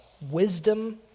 wisdom